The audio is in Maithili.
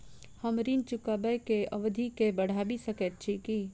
हम ऋण चुकाबै केँ अवधि केँ बढ़ाबी सकैत छी की?